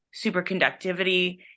superconductivity